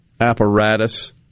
apparatus